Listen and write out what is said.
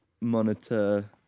monitor